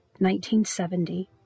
1970